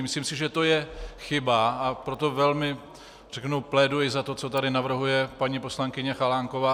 Myslím si, že to je chyba, a proto velmi pléduji za to, co tady navrhuje paní poslankyně Chalánková.